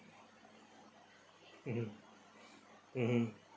mmhmm mmhmm